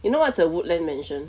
you know what's a woodland mansion